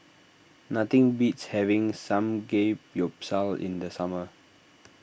nothing beats having Samgeyopsal in the summer